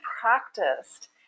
practiced